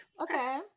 Okay